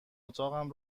اتاقم